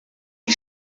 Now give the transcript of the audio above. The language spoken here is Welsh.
chi